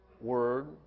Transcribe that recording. Word